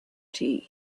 tea